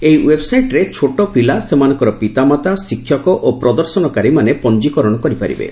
ଏହି ୱେବ୍ସାଇଟ୍ରେ ଛୋଟପିଲା ସେମାନଙ୍କର ପିତାମାତା ଶିକ୍ଷକ ଓ ପ୍ରଦର୍ଶନକାରୀମାନେ ପଞ୍ଜିକରଣ କରିପାରିବେ